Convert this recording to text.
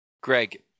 Greg